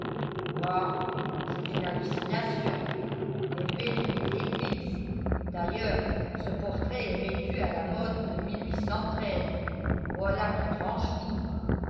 c'est une hallucination l'effet d'une idée fixe d'ailleurs ce portrait est vêtu à la mode de voilà qui tranche tout